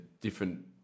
different